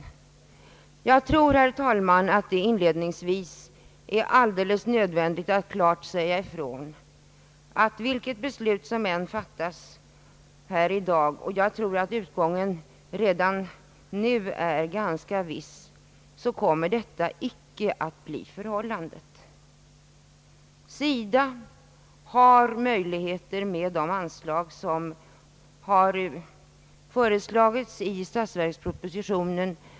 Jag anser, herr talman, det alldeles nödvändigt att inledningsvis klart säga ifrån att vilket beslut som än fattas i dag — och jag tror dessvärre att utgången redan nu är ganska viss — kommer detta inte att bli förhållandet. SIDA har möjligheter att fullfölja utlovade projekt med hjälp av de anslag som begäres i statsverkspropositionen.